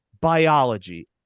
biology